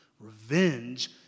Revenge